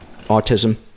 autism